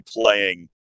playing